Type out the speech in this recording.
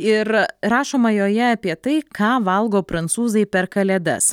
ir rašoma joje apie tai ką valgo prancūzai per kalėdas